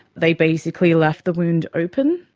they basically left the wound open,